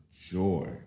joy